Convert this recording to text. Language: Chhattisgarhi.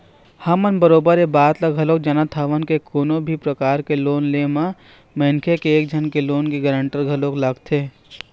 हमन बरोबर ऐ बात ल घलोक जानत हवन के कोनो भी परकार के लोन के ले म मनखे के एक झन लोन के गारंटर घलोक लगथे